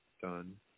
Done